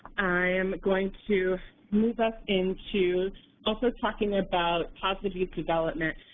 i am going to move us into also talking about positive youth development.